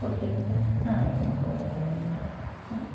കൊടുത്തിട്ടുണ്ടല്ലേ ആ ആ ആ ആ